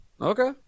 Okay